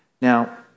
Now